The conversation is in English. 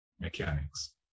mechanics